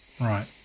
Right